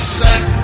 set